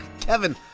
Kevin